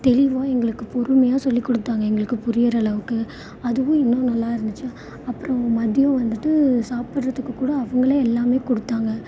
தெளிவாக எங்களுக்கு பொறுமையாக சொல்லி கொடுத்தாங்க எங்களுக்கு புரியிற அளவுக்கு அதுவும் இன்னும் நல்லா இருந்துச்சி அப்புறம் மதியம் வந்துவிட்டு சாப்பிடுறதுக்கு கூட அவங்களே எல்லாமே கொடுத்தாங்க